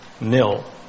nil